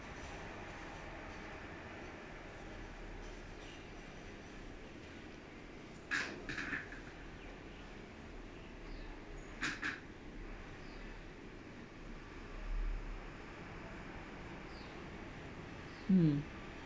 mm